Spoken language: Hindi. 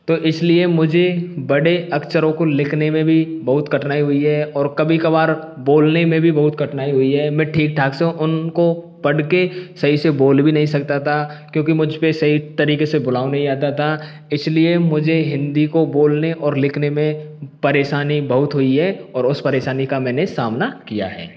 तो इसलिए मुझे बड़े अक्षरों को लिखने में भी बहुत कठिनाई हुई है और कभी कभार बोलने में भी बहुत कठिनाई हुई है मैं ठीक ठाक से उनको पढ़के सही से बोल भी नहीं सकता था क्योंकि मुझपे सही तरीके से बुलाव नहीं आता था इसलिए मुझे हिंदी को बोलने और लिखने में परेशानी बहुत हुई है और उस परेशानी का मैंने सामना किया है